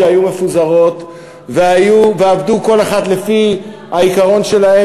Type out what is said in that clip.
שהיו מפוזרות ועבדו כל אחת לפי העיקרון שלה,